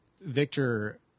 victor